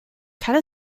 kann